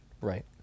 Right